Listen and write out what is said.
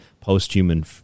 post-human